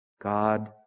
God